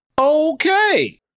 Okay